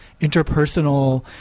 interpersonal